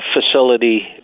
facility